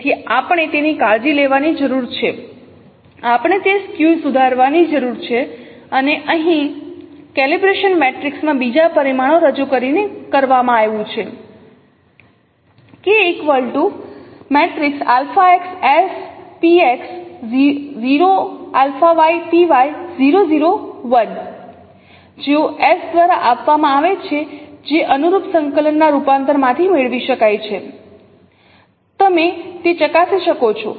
તેથી આપણે તેની કાળજી લેવાની જરૂર છે આપણે તે સ્ક્ચને સુધારવાની જરૂર છે અને તે અહીં કેલિબ્રેશન મેટ્રિક્સ માં બીજા પરિમાણો રજૂ કરીને કરવામાં આવ્યું છે જેઓ s દ્વારા આપવામાં આવે છે જે અનુરૂપ સંકલન ના રૂપાંતર માંથી મેળવી શકાય છે તમે તે ચકાસી શકો છો